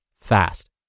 fast